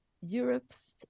Europe's